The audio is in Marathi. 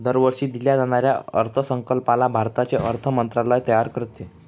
दरवर्षी दिल्या जाणाऱ्या अर्थसंकल्पाला भारताचे अर्थ मंत्रालय तयार करते